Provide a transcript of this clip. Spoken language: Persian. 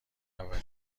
اولین